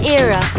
era